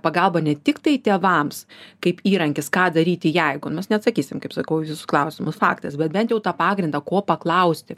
pagalba ne tik tai tėvams kaip įrankis ką daryti jeigu mes neatsakysim kaip sakau į jūsų klausimus faktas bet bent jau tą pagrindą ko paklausti